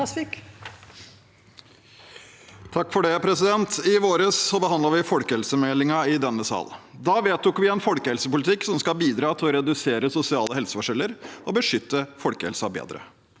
Vasvik (A) I våres behandlet vi folkehelsemeldingen i denne sal. Da vedtok vi en folkehelsepolitikk som skal bidra til å redusere sosiale helseforskjeller og beskytte folkehelsen bedre.